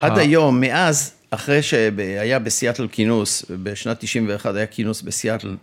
עד היום, מאז, אחרי שהיה בסיאטל כינוס, בשנת 91' היה כינוס בסיאטל.